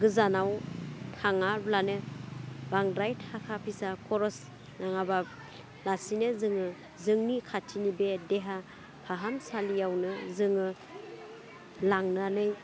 गोजानाव थाङाब्लानो बांद्राय थाखा फैसा खर'स नाङाबालासिनो जोङो जोंनि खाथिनि बे देहा फाहामसालियावनो जोङो लांनानै